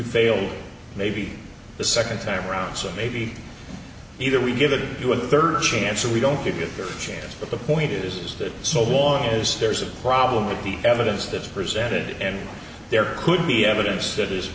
failed maybe the second time around so maybe either we give you a third chance or we don't give you a chance but the point is that so long as there's a problem with the evidence that's presented and there could be evidence that is